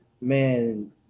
man